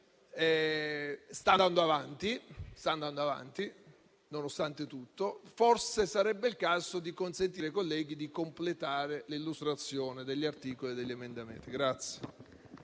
sta andando avanti, forse sarebbe il caso di consentire ai colleghi di completare l'illustrazione degli articoli e degli emendamenti.